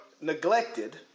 neglected